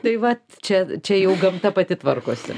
tai vat čia čia jau gamta pati tvarkosi